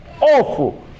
awful